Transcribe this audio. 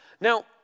Now